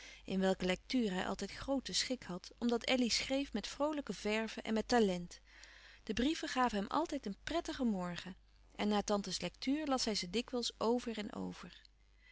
in welke lectuur hij altijd groote schik had omdat elly schreef met vroolijke verve en met talent de brieven gaven hem altijd een prettigen morgen en na tante's lectuur las hij ze dikwijls over en over